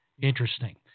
Interesting